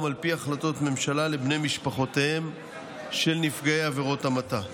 על פי החלטות ממשלה לבני משפחותיהם של נפגעי עבירות המתה.